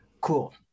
Cool